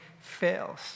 fails